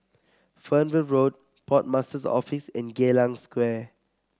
Fernvale Road Port Master's Office and Geylang Square